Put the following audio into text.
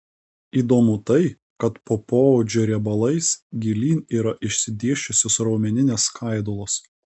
įdomu tai kad po poodžio riebalais gilyn yra išsidėsčiusios raumeninės skaidulos